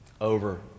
over